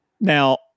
Now